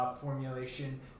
Formulation